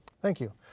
thank you.